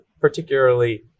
particularly